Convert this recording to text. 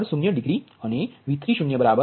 0 degree અને V30 1